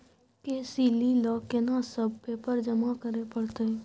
KCC ल केना सब पेपर जमा करै परतै?